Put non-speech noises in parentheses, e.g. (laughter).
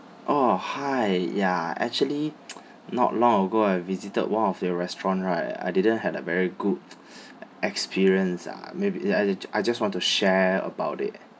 oh hi ya actually (noise) not long ago I visited one of your restaurant right I didn't had a very good (breath) experience ah maybe I I just want to share about it